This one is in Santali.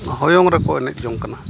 ᱦᱚᱭᱚᱝ ᱨᱮᱠᱚ ᱮᱱᱮᱡ ᱡᱚᱝ ᱠᱟᱱᱟ